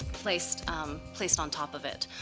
placed placed on top of it.